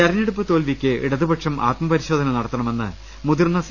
തെരഞ്ഞെടുപ്പ് തോൽവിക്ക് ഇടതുപക്ഷം ആത്മപരിശോ ധന നടത്തണമെന്ന് മുതിർന്ന സി